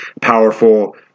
powerful